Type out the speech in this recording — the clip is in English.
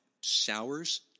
sours